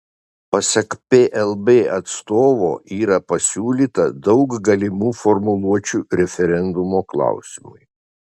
pasak plb atstovo yra pasiūlyta daug galimų formuluočių referendumo klausimui